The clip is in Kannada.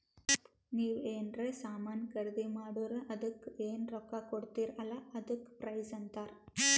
ನೀವ್ ಎನ್ರೆ ಸಾಮಾನ್ ಖರ್ದಿ ಮಾಡುರ್ ಅದುಕ್ಕ ಎನ್ ರೊಕ್ಕಾ ಕೊಡ್ತೀರಿ ಅಲ್ಲಾ ಅದಕ್ಕ ಪ್ರೈಸ್ ಅಂತಾರ್